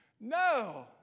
No